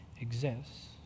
exists